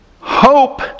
Hope